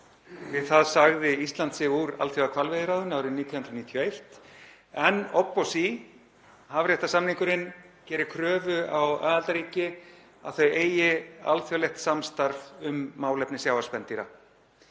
Við það sagði Ísland sig úr Alþjóðahvalveiðiráðinu árið 1991 en obbosí, hafréttarsamningurinn gerir kröfu á aðildarríki um að þau eigi alþjóðlegt samstarf um málefni sjávarspendýra.